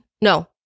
No